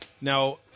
Now